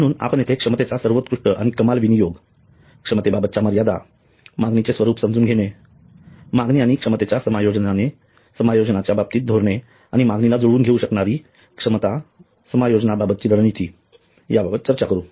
म्हणून आपण येथे क्षमतेचा सर्वोत्कृष्ट आणि कमाल विनियोग क्षमतेबाबतच्या मर्यादा मागणीचे स्वरूप समजून घेणे मागणी आणि क्षमतेच्या समायोजने बाबतची धोरणे आणि मागणीला जुळवून घेऊ शकणारी क्षमतेच्या समायोजना बाबतची रणनीती या बद्दल चर्चा करू